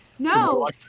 No